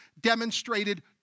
demonstrated